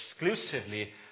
exclusively